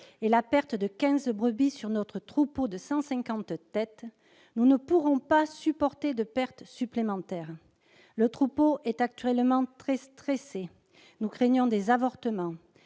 et la perte de 15 brebis sur notre troupeau de 150 têtes, nous ne pourrons pas supporter de pertes supplémentaires. Le troupeau est actuellement très stressé, nous craignons des avortements.